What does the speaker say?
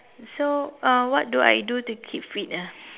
so uh what do I do to keep fit ah